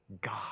God